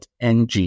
ng